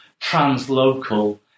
translocal